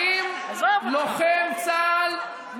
האם לוחם צה"ל שנרצח על הגדר בעזה,